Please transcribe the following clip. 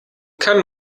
kann